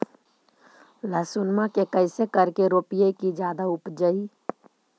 लहसूनमा के कैसे करके रोपीय की जादा उपजई?